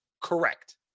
Correct